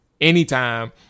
anytime